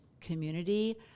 community